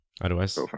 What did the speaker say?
otherwise